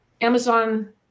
Amazon